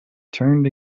turned